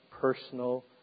personal